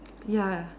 ya